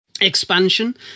Expansion